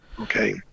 Okay